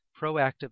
Proactive